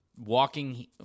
walking